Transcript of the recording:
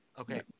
okay